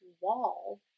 wall